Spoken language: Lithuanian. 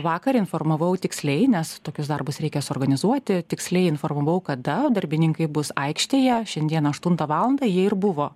vakar informavau tiksliai nes tokius darbus reikia suorganizuoti tiksliai informavau kada darbininkai bus aikštėje šiandien aštuntą valandą jie ir buvo